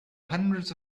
hundreds